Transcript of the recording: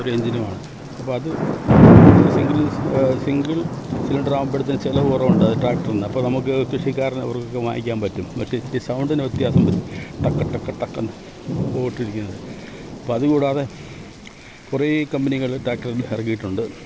ഒരു എൻജിനുമാണ് അപ്പം അത് സിംഗിൾ സ് സിംഗിൾ സിലിണ്ടർ ആവുമ്പോഴത്തേന് ചിലവ് കുറവുണ്ട് അത് ട്രാക്ടറിന് അപ്പം നമുക്ക് കൃഷികാരന് അവർക്കൊക്കെ വാങ്ങിക്കാൻ പറ്റും പക്ഷേ ഇത്തിരി സൗണ്ടിന് വ്യത്യാസം വരും ടക്ക് ടക്ക് ടക്ക് എന്ന് ഓട്ടിരിക്കുന്നത് അപ്പോൾ അതുകൂടാതെ കുറേ കമ്പനികൾ ട്രാക്ടർ ഇറക്കിയിട്ടുണ്ട്